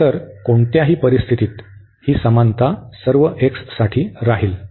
तर कोणत्याही परिस्थितीत ही समानता सर्व x साठी राहील